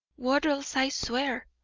wattles, i swear